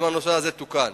אם הנושא תוקן.